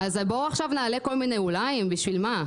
בוא נעלה כל מיני אולי, בשביל מה?